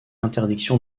interdiction